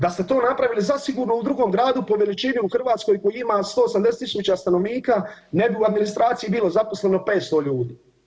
Da ste to napravili zasigurno u drugom gradu po veličini u Hrvatskoj koji ima 180.000 stanovnika ne bi u administraciji bilo zaposleno 500 ljudi.